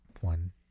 one